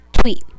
tweet